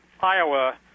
Iowa